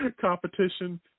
competition